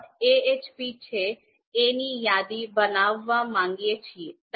ahp છે એની યાદી બનાવવા માંગીએ છીએ